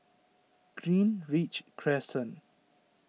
Greenridge Crescent